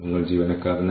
പിന്നെ ചെലവ് അളവുകൾ